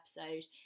episode